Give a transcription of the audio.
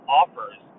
offers